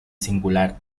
singular